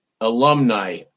Alumni